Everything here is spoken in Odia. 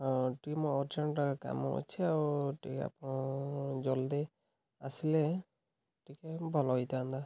ହଁ ଟିକେ ମୋ ଅର୍ଜେଣ୍ଟ୍ କାମ ଅଛି ଆଉ ଟିକେ ଆପଣ ଜଲ୍ଦି ଆସିଲେ ଟିକେ ଭଲ ହେଇଥାନ୍ତା